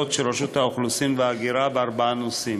של רשות האוכלוסין וההגירה בארבעה נושאים: